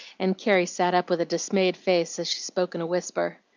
and carrie sat up with a dismayed face as she spoke in a whisper.